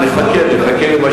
חכה למה